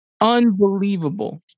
Unbelievable